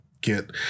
get